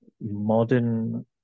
modern